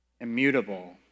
immutable